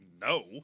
no